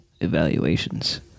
evaluations